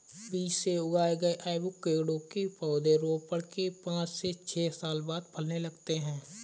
बीज से उगाए गए एवोकैडो के पौधे रोपण के पांच से छह साल बाद फलने लगते हैं